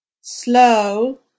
slow